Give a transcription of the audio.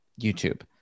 YouTube